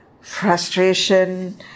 frustration